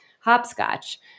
hopscotch